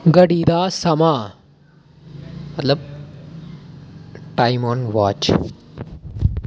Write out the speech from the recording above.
घड़ी दा समां मतलब टाइम आन वाच